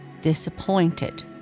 disappointed